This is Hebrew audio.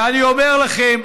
ואני אומר לכם,